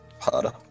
harder